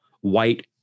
white